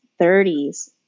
30s